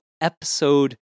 episode